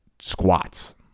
squats